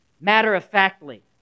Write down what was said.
matter-of-factly